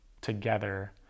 together